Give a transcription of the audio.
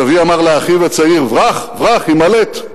סבי אמר לאחיו הצעיר: ברח, ברח, הימלט,